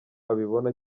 abibona